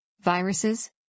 viruses